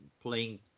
playing